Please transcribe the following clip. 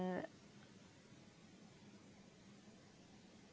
um